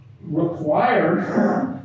required